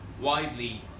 widely